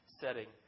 setting